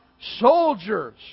soldiers